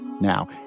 now